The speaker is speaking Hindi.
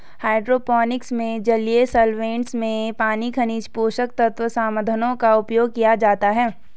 हाइड्रोपोनिक्स में जलीय सॉल्वैंट्स में पानी खनिज पोषक तत्व समाधानों का उपयोग किया जाता है